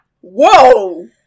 Whoa